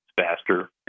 faster